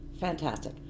Fantastic